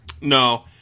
no